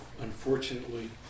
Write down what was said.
Unfortunately